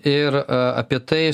ir apie tai